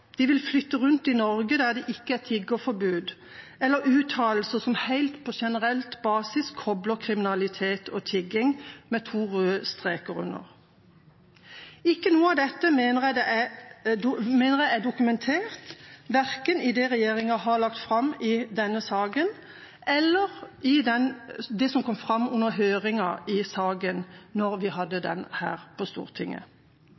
de vil flytte rundt i Norge der det ikke er tiggerforbud, eller uttalelser som på helt generell basis kobler kriminalitet og tigging, med to røde streker under. Ikke noe av dette mener jeg er dokumentert verken i det regjeringa har lagt fram i denne saken, eller i det som kom fram under høringa i saken, da vi